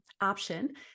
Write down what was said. option